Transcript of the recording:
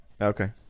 Okay